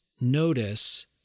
notice